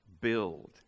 build